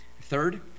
Third